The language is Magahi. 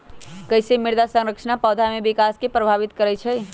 कईसे मृदा संरचना पौधा में विकास के प्रभावित करई छई?